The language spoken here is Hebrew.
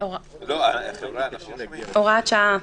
(הוראת שעה)